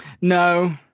No